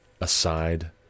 aside